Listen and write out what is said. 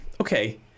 Okay